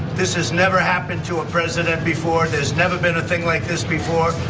this has never happened to a president before. there's never been a thing like this before.